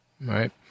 right